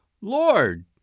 Lord